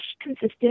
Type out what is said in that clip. consistent